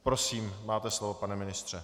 Prosím, máte slovo, pane ministře.